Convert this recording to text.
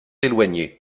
éloignées